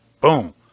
boom